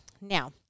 Now